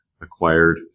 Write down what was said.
acquired